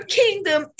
kingdom